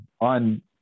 on